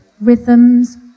rhythms